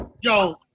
Yo